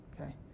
okay